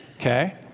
Okay